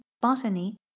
botany